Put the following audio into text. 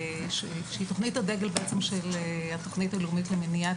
שהיא תוכנית הדגל בעצם של התוכנית הלאומית למניעת